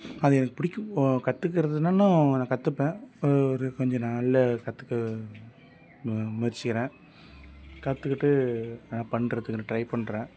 அது எனக்கு பிடிக்கவும் கற்றுக்குறதுன்னா நான் கற்றுப்பேன் ஒரு கொஞ்சம் நாளில் கற்றுக்க முயற்சிக்கிறேன் கற்றுக்கிட்டு நான் பண்ணுறதுக்கு நான் ட்ரை பண்ணுறேன்